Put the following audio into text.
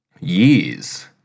years